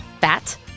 fat